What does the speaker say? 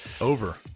Over